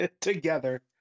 together